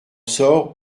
sort